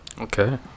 Okay